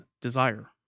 desire